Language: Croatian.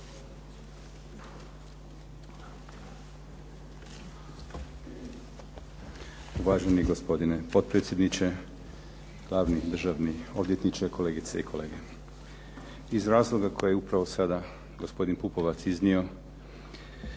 Uvaženi gospodine potpredsjedniče, glavni državni odvjetniče, kolegice i kolege. Iz razloga koje je upravo sada gospodin Pupovac iznio,